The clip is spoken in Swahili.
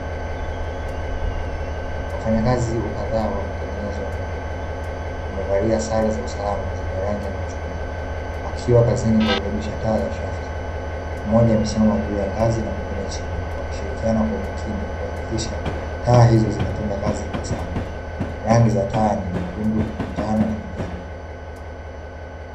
Wafanyakazi kadhaa wa matengenezo ya miundo mbinu, wamevalia sare za usalama zenye rangi ya machungwa, wakiwa kazini kurekebisha taa za trafiki, mmoja amesimama juu ya ngazi na mwingine chini wakishirikiana kwa umakini kuhakikisha taa hizo zinatenda kazi ipasavyo. Rangi za taa ni nyekundu, njano na kijani.